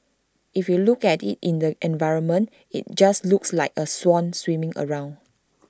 if you look at IT in the environment IT just looks like A swan swimming around